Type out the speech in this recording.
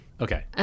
Okay